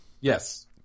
Yes